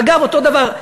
אגב, אותו דבר,